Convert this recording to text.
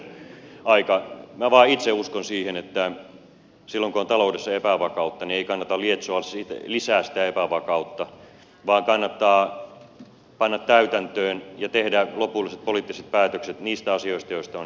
minä vain itse uskon siihen että silloin kun on taloudessa epävakautta niin ei kannata lietsoa lisää sitä epävakautta vaan kannattaa panna täytäntöön ja tehdä lopulliset poliittiset päätökset niistä asioista joista on jo sovittu